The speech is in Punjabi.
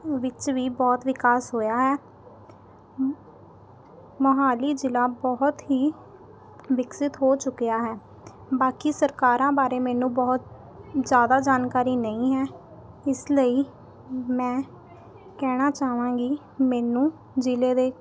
ਵਿੱਚ ਵੀ ਬਹੁਤ ਵਿਕਾਸ ਹੋਇਆ ਹੈ ਅਮ ਮੋਹਾਲੀ ਜ਼ਿਲ੍ਹਾ ਬਹੁਤ ਹੀ ਵਿਕਸਿਤ ਹੋ ਚੁੱਕਿਆ ਹੈ ਬਾਕੀ ਸਰਕਾਰਾਂ ਬਾਰੇ ਮੈਨੂੰ ਬਹੁਤ ਜ਼ਿਆਦਾ ਜਾਣਕਾਰੀ ਨਹੀਂ ਹੈ ਇਸ ਲਈ ਮੈਂ ਕਹਿਣਾ ਚਾਹਵਾਂਗੀ ਮੈਨੂੰ ਜ਼ਿਲ੍ਹੇ ਦੇ